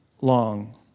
long